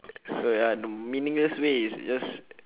uh so ya the meaningless way is just